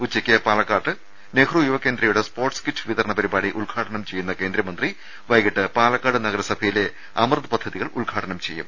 ഉച്ചയ്ക്ക് പാലക്കാട്ട് നെഹ്റു യുവകേന്ദ്രയുടെ സ്പോർട്സ് കി റ്റ് വിതരണ പരിപാടി ഉദ്ഘാടനം ചെയ്യുന്ന കേന്ദ്രമന്ത്രി വൈകീട്ട് പാലക്കാ ട് നഗരസഭയിലെ അമൃത് പദ്ധതികൾ ഉദ്ഘാടനം ചെയ്യും